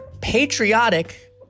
patriotic